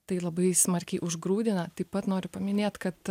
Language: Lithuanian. tai labai smarkiai užgrūdina taip pat noriu paminėt kad